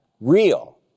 real